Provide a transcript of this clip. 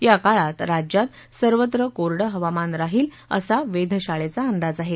या काळात राज्यात सर्वत्र कोरडं हवामान राहील असा वेधशाळेचा अंदाज आहे